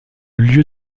lieu